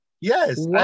yes